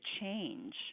change